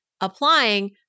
Applying